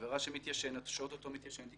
עבירה שאו-טו-טו מתיישנת,